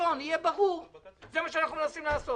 שהקריטריון יהיה ברור, זה מה שאנחנו מנסים לעשות.